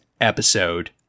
episode